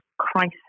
crisis